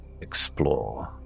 explore